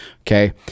Okay